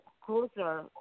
closer